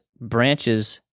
branches